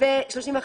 אני אומר,